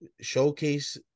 showcase